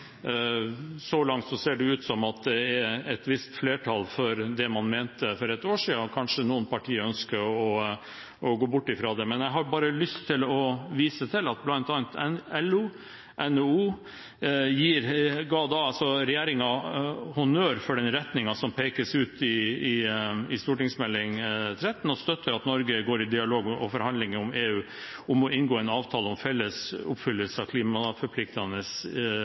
Så langt ser det ut til at det er et visst flertall for det man mente for et år siden, og kanskje noen partier ønsker å gå bort fra det. Men jeg har bare lyst til å vise til at bl.a. LO og NHO altså ga regjeringen honnør for den retningen som pekes ut i Meld. St. 13, og støtter at Norge går i dialog og forhandlinger med EU om å inngå en avtale om felles oppfyllelse av